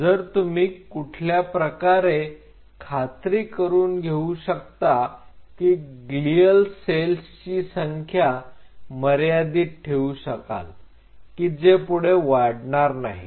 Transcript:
तर तुम्ही कुठल्या प्रकारे खात्री करून घेऊ शकता की ग्लीअल सेल्स ची संख्या मर्यादित ठेवू शकाल की जे पुढे वाढणार नाहीत